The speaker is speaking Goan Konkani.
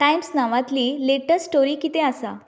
टाइम्स नावांतली लेटॅस्ट स्टोरी कितें आसा